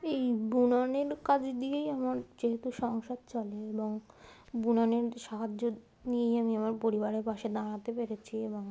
এই বুনানের কাজ দিয়েই আমার যেহেতু সংসার চলে এবং বুনানের সাহায্য নিয়েই আমি আমার পরিবারের পাশে দাঁড়াতে পেরেছি এবং